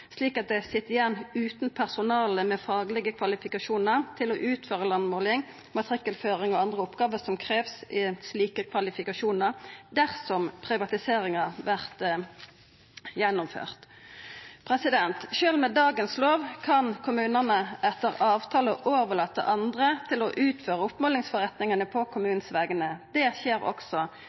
slik at dei sit igjen utan personale med faglege kvalifikasjonar til å utføra landmåling, matrikkelføring og andre oppgåver som krev slike kvalifikasjonar, dersom privatiseringa vert gjennomført. Sjølv med dagens lov kan kommunane, etter avtale, overlata til andre å utføra oppmålingsforretningane på kommunens vegner. Det skjer også,